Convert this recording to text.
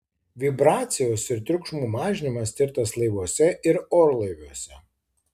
vibracijos ir triukšmo mažinimas tirtas laivuose ir orlaiviuose